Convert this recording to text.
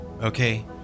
okay